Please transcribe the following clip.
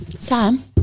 Sam